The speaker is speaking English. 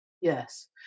Yes